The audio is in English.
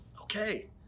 Okay